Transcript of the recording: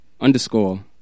underscore